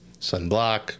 Sunblock